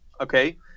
okay